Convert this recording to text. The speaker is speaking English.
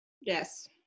yes